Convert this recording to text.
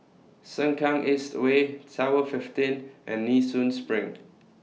Sengkang East Way Tower fifteen and Nee Soon SPRING